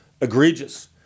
egregious